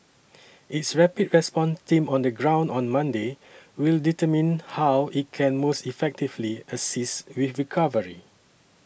its rapid response team on the ground on Monday will determine how it can most effectively assist with recovery